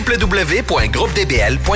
www.groupedbl.com